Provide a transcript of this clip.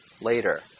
later